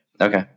Okay